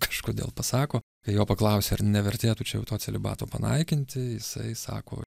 kažkodėl pasako kai jo paklausė ar nevertėtų čia jau to celibato panaikinti jisai sako